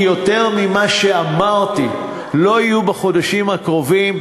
כי יותר ממה שאמרתי לא יהיה בחודשים הקרובים.